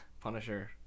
Punisher